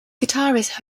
guitarist